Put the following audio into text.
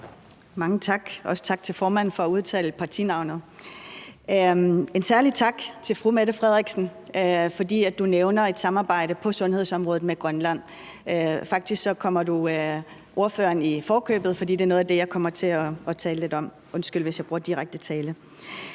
Mange tak, og også tak til formanden for at udtale partinavnet. En særlig tak til fru Mette Frederiksen, fordi du nævner et samarbejde med Grønland på sundhedsområdet. Faktisk kommer du mig i forkøbet, fordi det er noget af det, jeg kommer til at tale lidt om. Undskyld, hvis jeg bruger direkte tiltale.